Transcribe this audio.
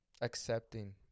accepting